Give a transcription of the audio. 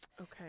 Okay